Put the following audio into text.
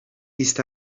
east